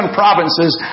provinces